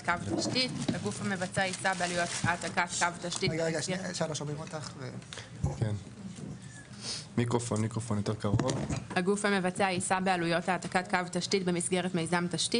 23. הגוף המבצע יישא בעלויות העתקת קו תשתית במסגרת מיזם תשתית,